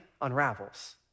unravels